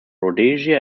rhodesia